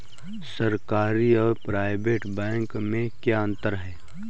सरकारी और private bank में क्या अंतर है?